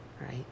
right